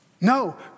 No